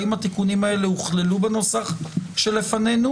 האם התיקונים האלה הוכללו בנוסח שלפנינו,